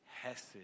hesed